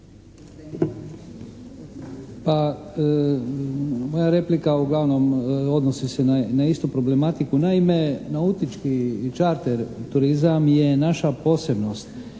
moja replika uglavnom odnosi se na istu problematiku. Naime nautički i čarter turizam je naša posebnost